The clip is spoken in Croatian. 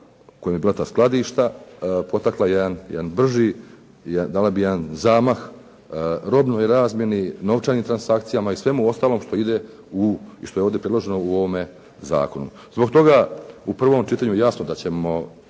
kojima bi bila ta skladišta potakla jedan brži, dala bi jedan zamah robnoj razmjeni, novčanim transakcijama i svemu ostalom što ide u, i što je ovdje predloženo u ovome zakonu. Zbog toga u prvom čitanju jasno da ćemo,